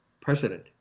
president